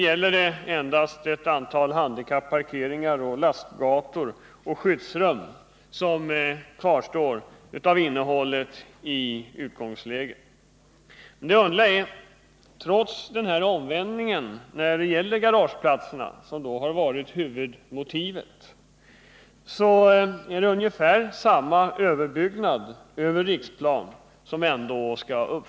Jämfört med planerna i utgångsläget kvarstår endast ett par parkeringsplatser för handikappade, lastgator och skyddsrum. Det underliga är — trots denna omvärdering i fråga om garageplatser — att man står fast vid samma förslag till överbyggnad som tidigare.